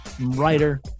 writer